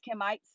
chemites